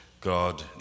God